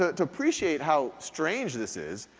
ah to appreciate how strange this is,